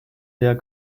der